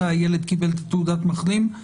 מתי הילד קיבל את תעודת המחלים.